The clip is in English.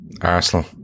Arsenal